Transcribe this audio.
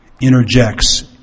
interjects